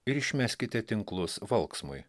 ir išmeskite tinklus valksmui